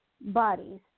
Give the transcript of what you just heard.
bodies